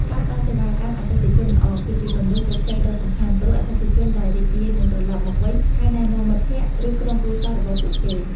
ការផ្ដល់សេវាកម្មអតិថិជនល្អ គឺជាគន្លឹះជោគជ័យដ៏សំខាន់ ព្រោះអតិថិជនដែលរីករាយនឹងត្រឡប់មកវិញ ហើយណែនាំមិត្តភក្តិ ឬក្រុមគ្រួសាររបស់ពួកគេ។